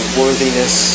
worthiness